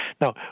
Now